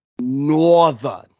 northern